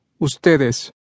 Ustedes